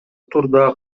турда